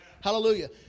Hallelujah